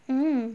mm mm